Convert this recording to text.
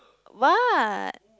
what